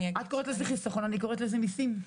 את קוראת לזה חיסכון, אני קוראת לזה מיסים.